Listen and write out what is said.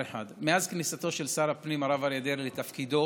מאז כניסתו של שר הפנים הרב אריה דרעי לתפקידו